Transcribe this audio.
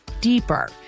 deeper